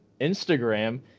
Instagram